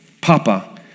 Papa